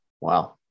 Wow